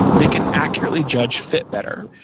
they can accurately judge fit better.